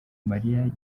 maria